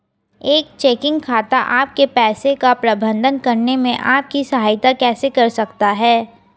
एक चेकिंग खाता आपके पैसे का प्रबंधन करने में आपकी सहायता कैसे कर सकता है?